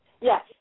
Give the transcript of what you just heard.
Yes